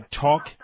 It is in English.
talk